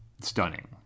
stunning